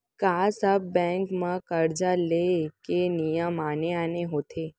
का सब बैंक म करजा ले के नियम आने आने होथे?